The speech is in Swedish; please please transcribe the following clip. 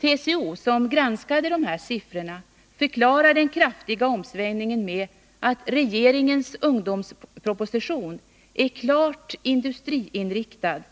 TCO, som granskade dessa siffror, förklarar den kraftiga omsvängningen med att regeringens ungdomsproposition är klart industriinriktad.